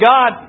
God